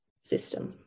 system